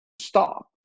stop